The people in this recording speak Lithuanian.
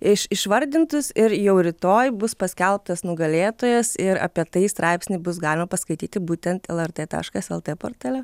iš išvardintus ir jau rytoj bus paskelbtas nugalėtojas ir apie tai straipsny bus galima paskaityti būtent lrt taškas lt portale